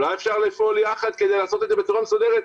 אולי אפשר יחד כדי לעשות את זה בצורה מסודרת,